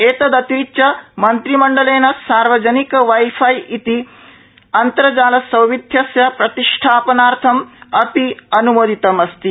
एतदतिरिच्य मन्त्रिमण्डलेन सार्वजनिकवाई फाई इति अन्तर्जाल सौविध्यस्य प्रतिष्ठापनार्थम् अपि अनुमोदितम् अस्ति